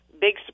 big